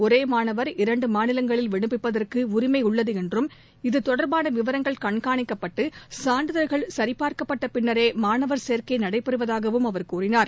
ஒரேமாணவர் இரண்டுமாநிலங்களில் விண்ணப்பிப்பதற்குஉரிமைஉள்ளதுஎன்றும் இத்தொடர்பானவிவரங்கள் கண்காணிக்கப்பட்டுசான்றிதழ்கள் சரிபார்க்கப்பட்டபின்னரேமானவர் சேர்க்கைநடைபெறுவதாகவும் அவர் கூறினார்